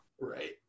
right